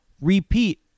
repeat